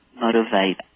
motivate